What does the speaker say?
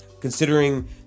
considering